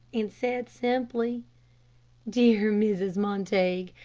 and said, simply dear mrs. montague,